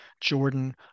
Jordan